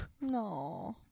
No